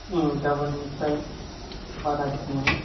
गोबोननिफ्राय बारा टिमावनो